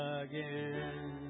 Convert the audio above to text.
again